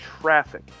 traffic